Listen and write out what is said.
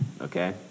okay